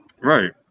Right